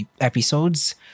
episodes